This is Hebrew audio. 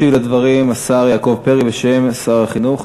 ישיב על הדברים השר יעקב פרי בשם שר החינוך.